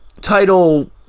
Title